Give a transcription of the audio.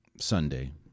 Sunday